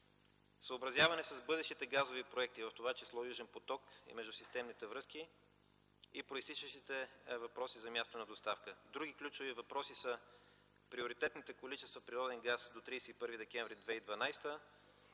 съобразяване с бъдещите газови проекти, в това число „Южен поток” и междусистемните връзки, и произтичащите въпроси за място на доставка. Други ключови въпроси са: приоритетните количества природен газ до 31 декември 2012 г.,